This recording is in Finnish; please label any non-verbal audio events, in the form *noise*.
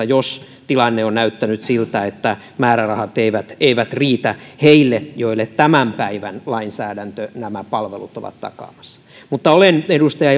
*unintelligible* jos tilanne on näyttänyt siltä että määrärahat eivät eivät riitä heille joille tämän päivän lainsäädäntö nämä palvelut on takaamassa mutta olen edustaja *unintelligible*